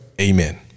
Amen